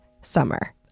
summer